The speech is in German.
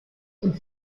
und